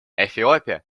эфиопия